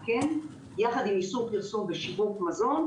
שבשנים האחרונות,